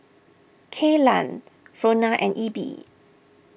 Kaylan Frona and Ebbie